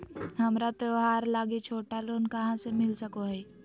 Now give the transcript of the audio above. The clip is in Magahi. हमरा त्योहार लागि छोटा लोन कहाँ से मिल सको हइ?